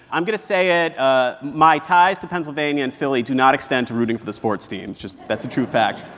i'm going to say it ah my ties to pennsylvania and philly do not extend to rooting for the sports teams. that's a true fact.